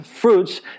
fruits